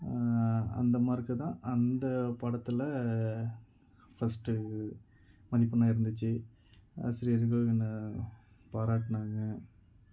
அந்த மார்க்குதான் அந்த பாடத்தில் ஃபர்ஸ்ட்டு மதிப்பெண்ணாக இருந்துச்சு ஆசிரியர்கள் என்னை பாராட்டினாங்க